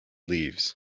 leaves